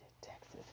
Texas